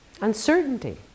Uncertainty